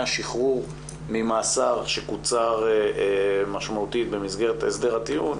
השחרור ממאסר שקוצר משמעותית במסגרת הסדר הטיעון,